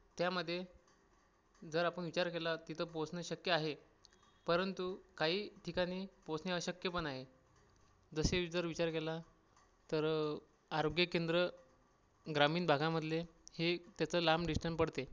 त्यामधे जर आपण विचार केला तिथं पोचणं शक्य आहे परंतु काही ठिकाणी पोचणे अशक्य पण आहे जसे जर विचार केला तर आरोग्य केंद्र ग्रामीण भागामधले हे त्याचं लांब डिस्टन पडते